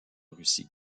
russie